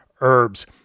herbs